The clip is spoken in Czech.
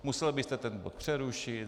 Musel byste tento bod přerušit...